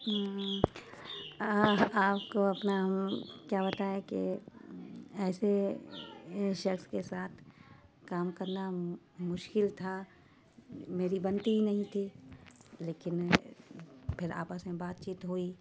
آپ کو اپنا ہم کیا بتائیں کہ ایسے ایک شخص کے ساتھ کام کرنا مشکل تھا میری بنتی ہی نہیں تھی پھر لیکن آپس میں بات چیت ہوئی